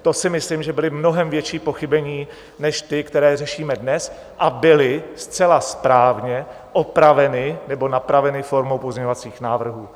To si myslím, že byla mnohem větší pochybení než ta, která řešíme dnes, a byla zcela správně opravena nebo napravena formou pozměňovacích návrhů.